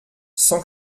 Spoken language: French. cent